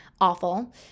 awful